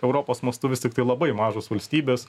europos mastu vis tiktai labai mažos valstybės